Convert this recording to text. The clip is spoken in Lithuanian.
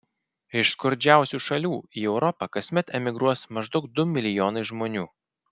iš skurdžiausių šalių į europą kasmet emigruos maždaug du milijonai žmonių